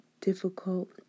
Difficult